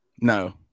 No